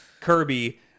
Kirby